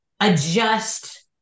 adjust